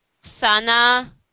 Sana